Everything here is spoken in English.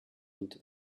into